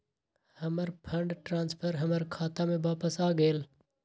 हमर fund transfer हमर खाता में वापस आ गेल